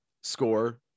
score